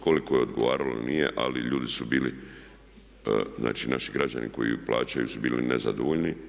Koliko je odgovaralo ili nije, ali ljudi su bili znači naši građani koji plaćaju su bili nezadovoljni.